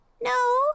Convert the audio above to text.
No